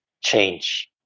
change